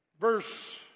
Verse